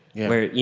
where, you